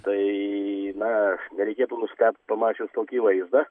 tai na nereikėtų nustebt pamačius tokį vaizdą